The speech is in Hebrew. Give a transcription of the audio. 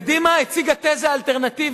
קדימה הציגה תזה אלטרנטיבית,